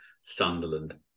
Sunderland